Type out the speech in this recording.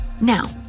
Now